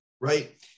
right